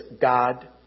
God